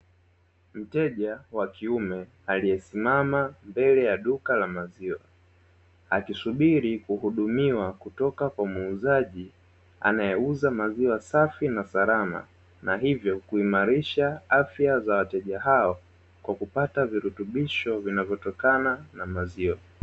Mteja wa kiume aliyesimama mbele ya duka la maziwa akisubiri kuhudumiwa kutoka kwa muuzaji, anayeuza maziwa safi na salama na hivyo kuimarisha afya za wateja hao kwa kupata virutibisho vinavyotoka na maziwa.